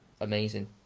amazing